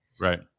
Right